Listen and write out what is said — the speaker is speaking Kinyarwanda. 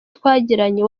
twagiranye